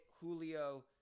Julio